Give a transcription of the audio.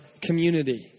community